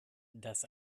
das